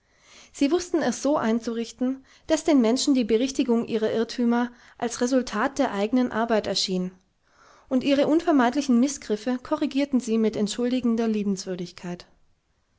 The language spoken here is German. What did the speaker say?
sie wußten es so einzurichten daß den menschen die berichtigung ihrer irrtümer als resultat der eigenen arbeit erschien und ihre unvermeidlichen mißgriffe korrigierten sie mit entschuldigender liebenswürdigkeit